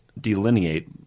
delineate